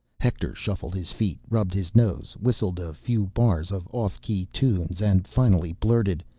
hector shuffled his feet, rubbed his nose, whistled a few bars of off-key tunes, and finally blurted,